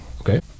Okay